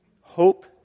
Hope